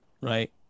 right